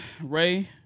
Ray